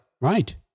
Right